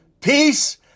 peace